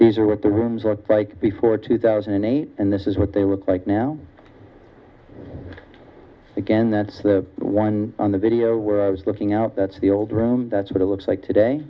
these are what the rooms were like before two thousand and eight and this is what they look like now and again that's the one on the video where i was looking out that's the old room that's what it looks like today